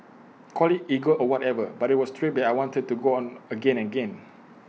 call IT ego or whatever but IT was A trip that I wanted to go on again and again